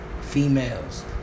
females